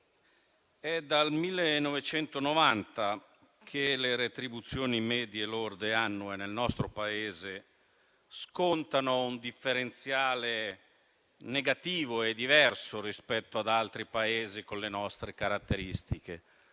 è dal 1990 che le retribuzioni medie lorde annue nel nostro Paese scontano un differenziale negativo e diverso rispetto ad altri Paesi con le nostre caratteristiche.